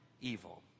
evil